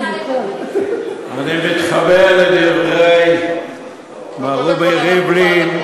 אל תתערב, אני מתחבר לדברי מר, רובי ריבלין.